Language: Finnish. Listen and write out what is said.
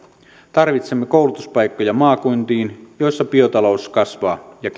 tarvitsemme koulutuspaikkoja maakuntiin joissa biotalous kasvaa ja